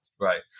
Right